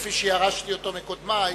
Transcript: כפי שירשתי אותו מקודמי,